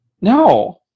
No